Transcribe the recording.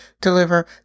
deliver